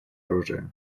оружия